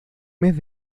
mes